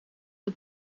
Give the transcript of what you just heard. het